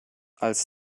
als